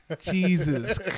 Jesus